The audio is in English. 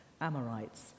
Amorites